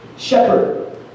Shepherd